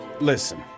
Listen